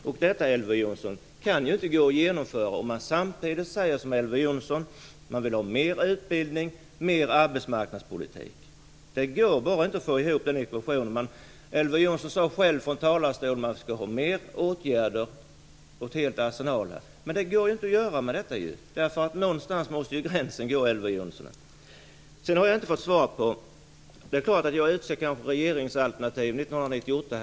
Detta går ju inte att genomföra om man samtidigt säger, som Elver Jonsson gör, att man vill ha mer utbildning och mer arbetsmarknadspolitik. Det går bara inte att få ihop den ekvationen. Elver Jonsson sade själv från talarstolen att man skulle ha fler åtgärder. Man skulle ha ett helt arsenal. Men det går ju inte att genomföra med det här. Någonstans måste ju gränsen gå, Elver Jonsson! Sedan har jag inte fått svar på en sak. Det är klart att jag kanske redan nu utser regeringsalternativ 1998.